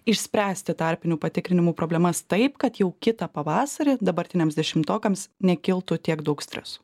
išspręsti tarpinių patikrinimų problemas taip kad jau kitą pavasarį dabartiniams dešimtokams nekiltų tiek daug streso